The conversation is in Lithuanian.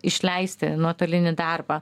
išleisti nuotolinį darbą